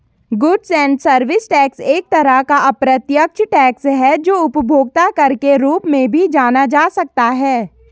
goods and service tax एक तरह का अप्रत्यक्ष टैक्स है जो उपभोक्ता कर के रूप में भी जाना जा सकता है